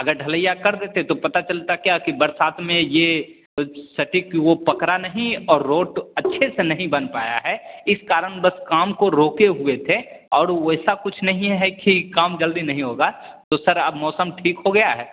अगर ढलैया कर देते तो पता चलता कि अभी बरसात में ये क्षति क्यों हो पकड़ा नहीं और रोड अच्छे से नहीं बन पाया है इस कारण बस काम को रोके हुए थे और वैसा कुछ नहीं है कि काम जल्दी नहीं होगा तो सर अब मौसम ठीक हो गया है